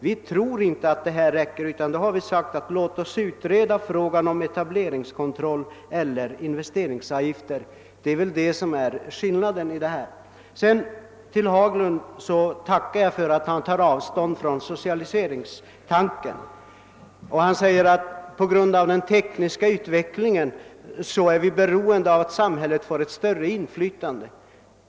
Vi tror inte att det räcker med samrådsförfarande och har därför sagt: Låt oss utreda frågan om etableringskontroll eller investeringsavgifter! Jag tackar herr Haglund för att han tar avstånd från socialiseringstanken. Han säger att vi på grund av den tekniska utvecklingen är beroende av att samhället får ett större inflytande.